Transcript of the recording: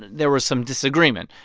there was some disagreement.